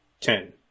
Ten